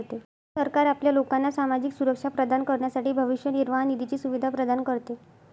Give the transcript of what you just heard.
सरकार आपल्या लोकांना सामाजिक सुरक्षा प्रदान करण्यासाठी भविष्य निर्वाह निधीची सुविधा प्रदान करते